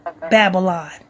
Babylon